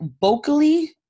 vocally